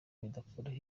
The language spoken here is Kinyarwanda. bidakuraho